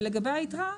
ולגבי היתרה,